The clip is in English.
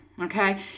okay